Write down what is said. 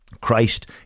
Christ